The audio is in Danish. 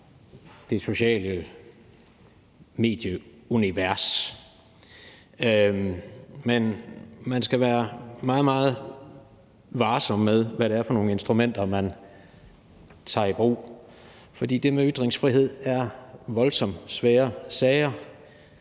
det sociale medieunivers. Men man skal være meget, meget varsom med, hvad det er for nogle instrumenter, man tager i brug, fordi det med ytringsfrihed er voldsomt svære sager: